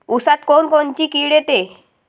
ऊसात कोनकोनची किड येते?